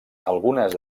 algunes